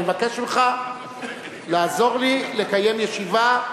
אני מבקש ממך לעזור לי לקיים ישיבה,